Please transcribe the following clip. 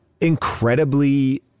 incredibly